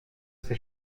ses